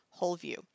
WHOLEVIEW